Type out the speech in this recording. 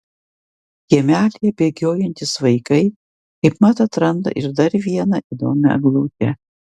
kiemelyje bėgiojantys vaikai kaip mat atranda ir dar vieną įdomią eglutę